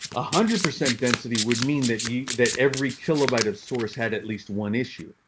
ah hundred percent density would mean that you that every kilobyte of source had at least one issue.